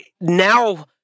now